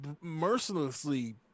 mercilessly